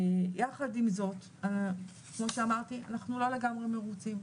יחד עם זאת כמו שאמרתי אנחנו לא לגמרי מרוצים,